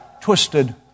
twisted